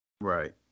right